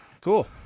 Cool